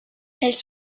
elles